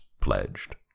pledged